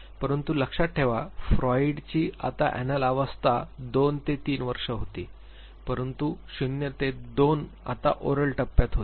परंतु लक्षात ठेवा फ्रॉइडची आता अनल अवस्था 2 ते 3 होती परंतु 0 ते 2 आता ओरल टप्प्यात होती